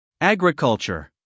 Agriculture